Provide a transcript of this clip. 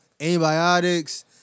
Antibiotics